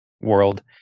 world